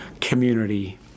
community